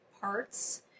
parts